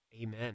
Amen